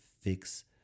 fix